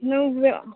ನವ್ಯ